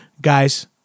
Guys